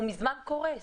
הוא מזמן קורס.